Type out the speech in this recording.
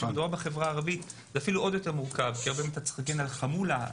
כשמדובר בחברה הערבית זה אפילו יותר מורכב כי צריך להגן על חמולה,